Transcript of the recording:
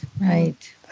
right